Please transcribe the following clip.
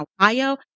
Ohio